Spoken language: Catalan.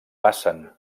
passen